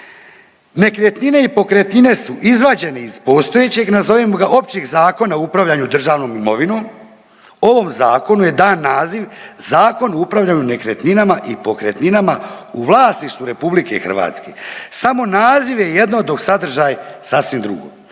nekretnine i pokretnine su izvađene iz postojećeg, nazovimo ga, općih zakona u upravljanju državnom imovinom, ovom Zakonu je dan naziv Zakon o upravljanju nekretninama i pokretninama u vlasništvu RH. Samo naziv je jedno, dok sadržaj sasvim drugo.